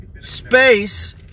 space